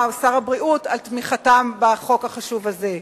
ושר הבריאות על תמיכתם בחוק החשוב הזה.